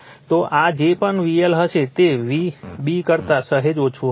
તો આ જે પણ VL હશે તે b કરતાં સહેજ ઓછું હશે